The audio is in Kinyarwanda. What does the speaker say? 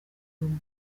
rumwe